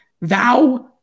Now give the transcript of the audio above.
Thou